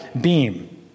beam